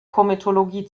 komitologie